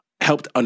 helped